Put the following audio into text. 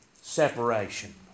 separation